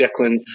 Declan